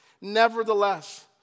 Nevertheless